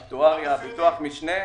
אקטואריה, ביטוח משנה,